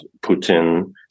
Putin